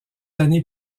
années